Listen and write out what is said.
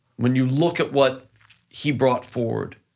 when you look at what he brought forward,